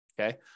okay